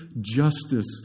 justice